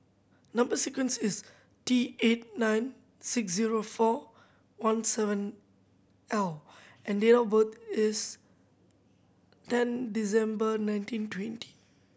number sequence is T eight nine six zero four one seven L and date of birth is ten December nineteen twenty